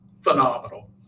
phenomenal